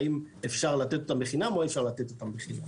האם אפשר לתת אותם בחינם או אי אפשר לתת אותם בחינם.